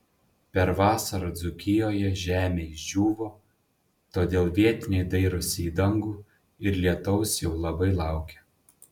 per vasarą dzūkijoje žemė išdžiūvo todėl vietiniai dairosi į dangų ir lietaus jau labai laukia